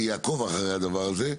אני אעקוב אחרי הדבר הזה,